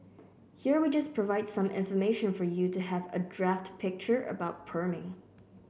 here we just provide some information for you to have a draft picture about perming